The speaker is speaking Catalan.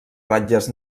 ratlles